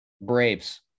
Braves